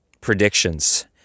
predictions